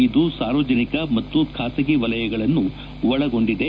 ಇದು ಸಾರ್ವಜನಿಕ ಮತ್ತು ಖಾಸಗಿ ವಲಯಗಳನ್ನು ಒಳಗೊಂಡಿದೆ